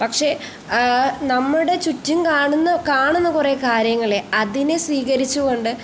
പക്ഷേ നമ്മുടെ ചുറ്റും കാണുന്ന കാണുന്ന കുറേ കാര്യങ്ങളെ അതിനെ സ്വീകരിച്ചുകൊണ്ട്